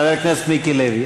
חבר הכנסת מיקי לוי.